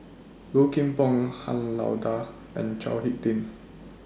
Low Kim Pong Han Lao DA and Chao Hick Tin